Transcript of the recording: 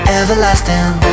everlasting